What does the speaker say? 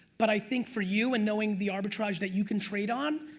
but i think for you and knowing the arbitrage that you can trade on,